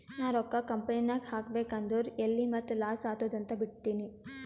ನಾ ರೊಕ್ಕಾ ಕಂಪನಿನಾಗ್ ಹಾಕಬೇಕ್ ಅಂದುರ್ ಎಲ್ಲಿ ಮತ್ತ್ ಲಾಸ್ ಆತ್ತುದ್ ಅಂತ್ ಬಿಡ್ತೀನಿ